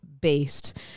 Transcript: based